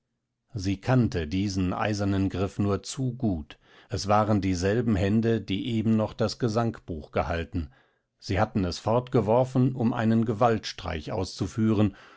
sie kannte diesen eisernen griff nur zu gut es waren dieselben hände die eben noch das gesangbuch gehalten sie hatten es fortgeworfen um einen gewaltstreich auszuführen